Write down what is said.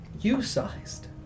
You-sized